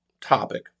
topic